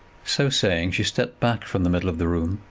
so saying, she stepped back from the middle of the room,